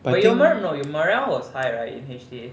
but I think